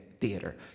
theater